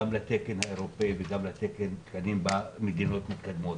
גם לתקן האירופאי וגם לתקנים במדינות מתקדמות,